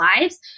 lives